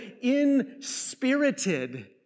inspirited